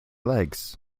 legs